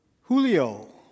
Julio